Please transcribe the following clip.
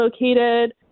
located